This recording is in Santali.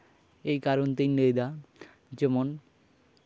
ᱮᱭ ᱠᱟᱨᱚᱱ ᱛᱤᱧ ᱞᱟᱹᱭᱫᱟ ᱡᱮᱢᱚᱱ